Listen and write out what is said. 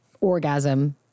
orgasm